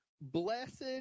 Blessed